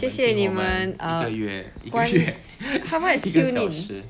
谢谢你们 err 观 how much tune in